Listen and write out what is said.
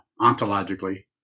ontologically